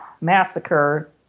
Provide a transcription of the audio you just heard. massacre